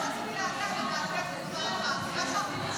רק רציתי להניח את דעתך --- שמי שמתעלל בבעלי חיים